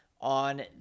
on